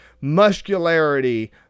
muscularity